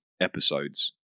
episodes